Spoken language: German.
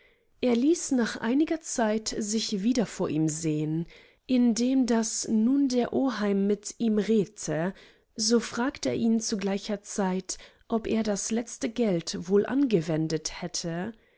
er ließ nach einger zeit sich wieder vor ihm sehn indem daß nun der oheim mit ihm redte so fragt er ihn zu gleicher zeit ob er das letzte geld wohl angewendet hätte